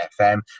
FM